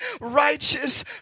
righteous